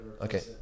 Okay